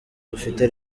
dufite